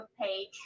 page